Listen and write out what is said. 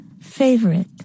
Favorite